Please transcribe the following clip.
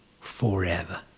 forever